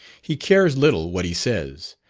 he cares little what he says,